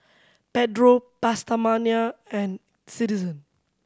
Pedro PastaMania and Citizen